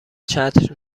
چتر